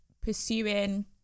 pursuing